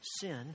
sin